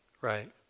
Right